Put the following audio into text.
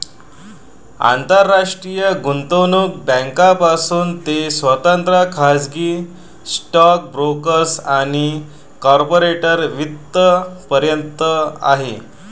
आंतरराष्ट्रीय गुंतवणूक बँकांपासून ते स्वतंत्र खाजगी स्टॉक ब्रोकर्स आणि कॉर्पोरेट वित्त पर्यंत आहे